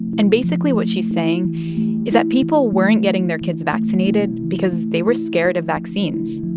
and basically, what she's saying is that people weren't getting their kids vaccinated because they were scared of vaccines.